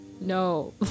No